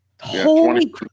Holy